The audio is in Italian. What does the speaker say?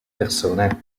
persone